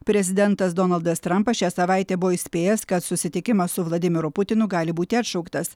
prezidentas donaldas trampas šią savaitę buvo įspėjęs kad susitikimas su vladimiru putinu gali būti atšauktas